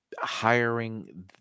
Hiring